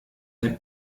ein